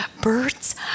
Birds